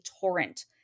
torrent